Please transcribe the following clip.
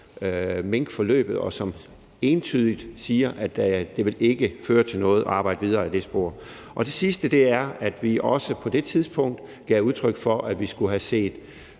minkforløbet, og som entydigt siger, at det ikke vil føre til noget at arbejde videre ad det spor. Det sidste er, at vi også på det tidspunkt gav udtryk for, at vi skulle have set